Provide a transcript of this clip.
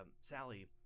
Sally